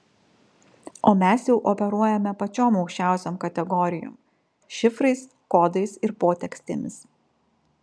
o mes jau operuojame pačiom aukščiausiom kategorijom šifrais kodais ir potekstėmis